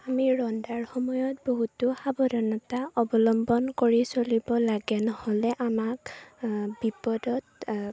আমি ৰন্ধাৰ সময়ত বহুতো সাৱধানতা অৱলম্বন কৰি চলিব লাগে নহ'লে আমাক বিপদত